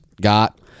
got